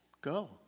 Go